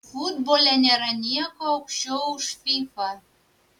futbole nėra nieko aukščiau už fifa